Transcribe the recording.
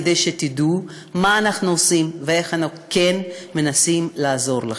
כדי שתדעו מה אנחנו עושים ואיך אנחנו כן מנסים לעזור לכם.